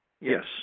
Yes